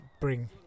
bring